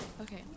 okay